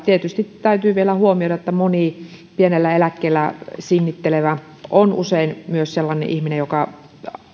tietysti täytyy vielä huomioida että moni pienellä eläkkeellä sinnittelevä on usein myös sellainen ihminen joka